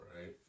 Right